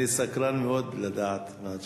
אני סקרן מאוד לדעת מה התשובה.